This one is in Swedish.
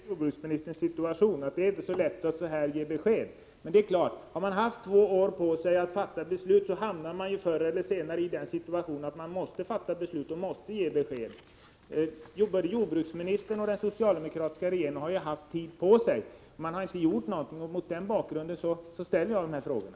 Herr talman! Jag förstår fullkomligt jordbruksministerns situation. Det är inte så lätt att ge besked. Men har man haft två år på sig att fatta beslut, då hamnar man förr eller senare i den situationen att man måste ge besked. Jordbruksministern och den socialdemokratiska regeringen har ju haft tid på sig, men ingenting har gjorts. Det är mot den bakgrunden jag ställer de här frågorna.